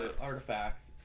artifacts